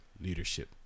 leadership